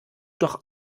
doch